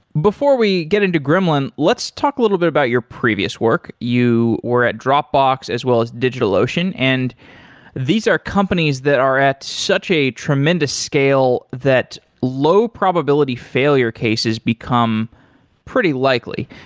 before we get into gremlin, let's talk little bit about your previous work. you were at dropbox as well as digitalocean and these are companies that are at such a tremendous scale that low probability failure cases become pretty likely.